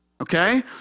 Okay